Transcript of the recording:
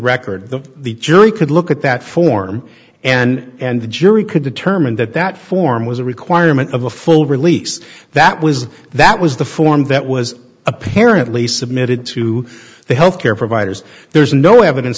record that the jury could look at that form and the jury could determine that that form was a requirement of a full release that was that was the form that was apparently submitted to the health care providers there's no evidence